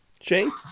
Shane